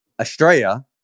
Australia